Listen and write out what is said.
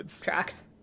tracks